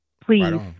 please